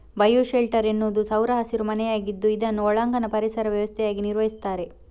bio shelter ಎನ್ನುವುದು ಸೌರ ಹಸಿರು ಮನೆಯಾಗಿದ್ದು ಇದನ್ನು ಒಳಾಂಗಣ ಪರಿಸರ ವ್ಯವಸ್ಥೆಯಾಗಿ ನಿರ್ವಹಿಸ್ತಾರೆ